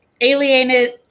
alienated